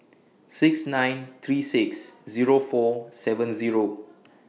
six nine three six Zero four seven Zero